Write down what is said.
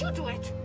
do it?